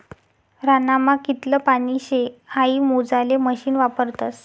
ह्यानामा कितलं पानी शे हाई मोजाले मशीन वापरतस